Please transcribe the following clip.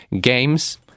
games